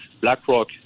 BlackRock